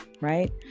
right